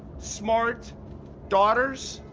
smart daughters.